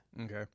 okay